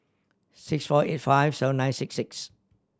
six four eight five seven nine six six